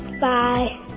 Bye